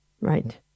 Right